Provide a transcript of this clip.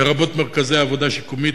לרבות מרכזי עבודה שיקומית,